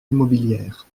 immobilières